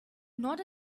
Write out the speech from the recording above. not